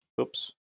Oops